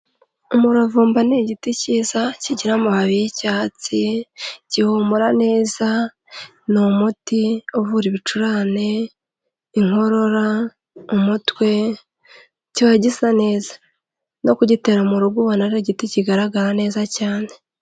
Umuravumba ni igiti cyiza kigira amababi y'icyatsi, gihumura neza, ni umuti uvura ibicurane, inkorora, umutwe, kiba gisa neza no kugitera mu rugo ubona ari igiti kigaragara neza cyane.